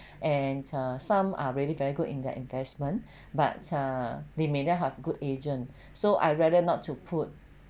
and err some are really very good in their investment but err they may not have good agent so I rather not to put